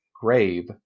Grave